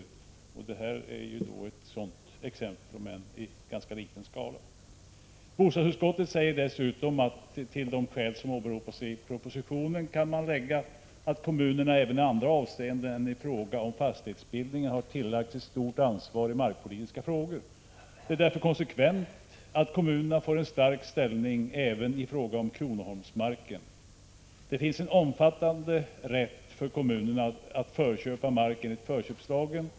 Detta är emellertid ett sådant exempel men i ganska liten skala. Bostadsutskottet anför i sitt yttrande: ”Till de skäl som åberopas i propositionen kan läggas att kommunerna även i andra avseenden än i fråga om fastighetsbildningen har tillagts ett stort ansvar i markpolitiska frågor. Det är därför konsekvent att kommunerna får en stark ställning även i fråga om kronoholmsmarken. Det finns en omfattande rätt för kommunerna att förköpa mark enligt förköpslagen.